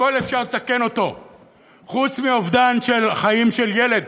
הכול אפשר לתקן, חוץ מאובדן של חיים של ילד.